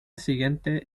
siguiente